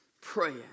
praying